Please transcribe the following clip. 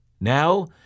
now